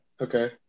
okay